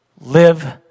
Live